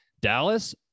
Dallas